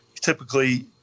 typically